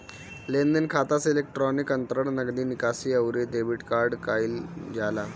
लेनदेन खाता से इलेक्ट्रोनिक अंतरण, नगदी निकासी, अउरी डेबिट कईल जाला